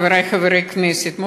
חברי חברי הכנסת,